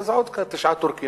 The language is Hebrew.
אז עוד תשעה טורקים,